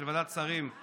של ועדת השרים,